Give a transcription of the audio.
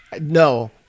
No